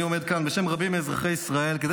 אני עומד כאן בשם רבים מאזרחי ישראל כדי